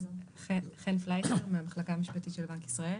שמי חן פליישר, מהמחלקה המשפטית של בנק ישראל.